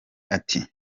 ati